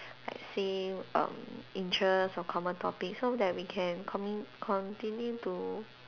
like same um interest or common topic so that we can commu~ continue to